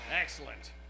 Excellent